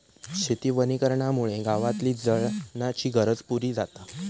शेती वनीकरणामुळे गावातली जळणाची गरज पुरी जाता